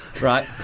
right